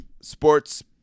sports